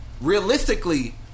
Realistically